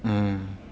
mm